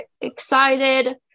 excited